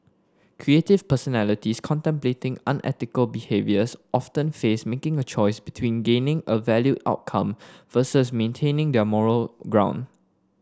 creative personalities contemplating unethical behaviours often face making a choice between gaining a valued outcome versus maintaining their moral ground